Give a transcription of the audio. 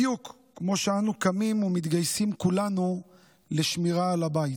בדיוק כמו שאנו קמים ומתגייסים כולנו לשמירה על הבית.